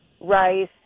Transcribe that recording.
rice